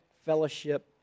fellowship